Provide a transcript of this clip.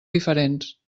diferents